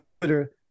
Twitter